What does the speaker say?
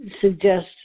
suggest